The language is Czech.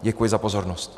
Děkuji za pozornost.